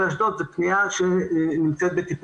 מוצאי שבת דקה מיד אחרי צאת השבת,